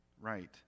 right